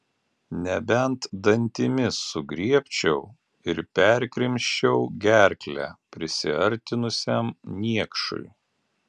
nebent dantimis sugriebčiau ir perkrimsčiau gerklę prisiartinusiam niekšui